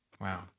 Wow